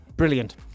Brilliant